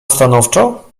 stanowczo